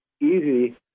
easy